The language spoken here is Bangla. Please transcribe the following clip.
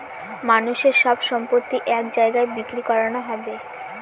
মানুষের সব সম্পত্তি এক জায়গায় বিক্রি করানো হবে